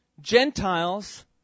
Gentiles